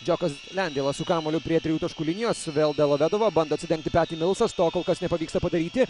džiokas lendeilas su kamuoliu prie trijų taškų linijos vėl delavedova bando atsidengti peti milsas to kol kas nepavyksta padaryti